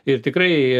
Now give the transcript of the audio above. ir tikrai